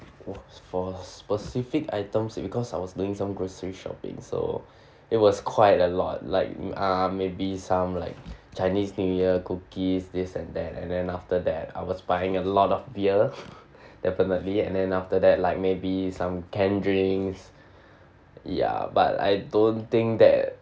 !wah! for specific items because I was doing some grocery shoppings so it was quite a lot like uh maybe some like chinese new year cookies this and that and then after that I was buying a lot of beer definitely and then after that like maybe some canned drinks ya but I don't think that